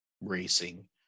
racing